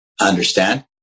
understand